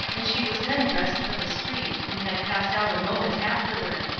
and she was then dressed for the street, and had passed out a moment afterward.